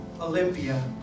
Olympia